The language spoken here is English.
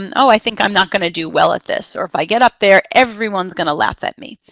and oh, i think i'm not going to do well at this, or if i get up there, everyone's going to laugh at me.